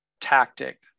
tactic